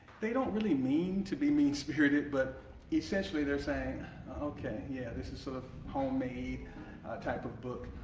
they don't really mean to be mean-spirited, but essentially they're saying ok, yeah this is sort of homemade type of book.